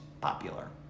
popular